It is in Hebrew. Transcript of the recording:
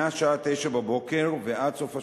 מהשעה 09:00 ועד סוף השירות,